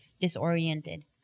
disoriented